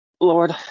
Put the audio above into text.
Lord